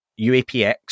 UAPX